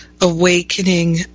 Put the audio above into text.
awakening